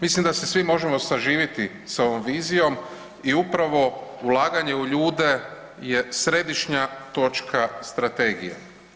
Mislim da se svi možemo saživiti sa ovom vizijom i upravo ulaganje u ljude je središnja točka strategije.